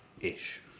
Ish